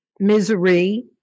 Misery